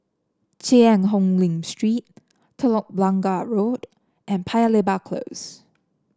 Cheang Hong Lim Street Telok Blangah Road and Paya Lebar Close